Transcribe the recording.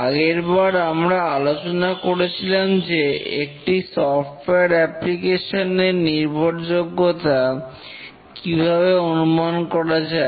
আগেরবার আমরা আলোচনা করেছিলাম যে একটি সফটওয়্যার অ্যাপ্লিকেশন এর নির্ভরযোগ্যতা কিভাবে অনুমান করা যায়